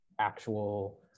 Actual